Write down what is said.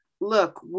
look